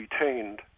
retained